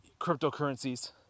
cryptocurrencies